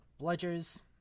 bludgers